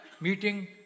meeting